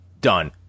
done